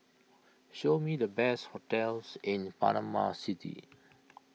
show me the best hotels in Panama City